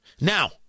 Now